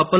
കപ്പൽ